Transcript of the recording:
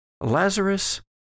Lazarus